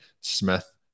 Smith